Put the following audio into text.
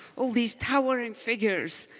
all these towering figures.